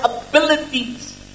abilities